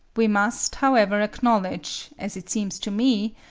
we must, however, acknowledge, as it seems to me,